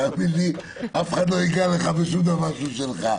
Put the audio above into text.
תאמין לי, אף אחד לא יגע לך בשום דבר שהוא שלך.